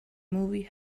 movie